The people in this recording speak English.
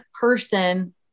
person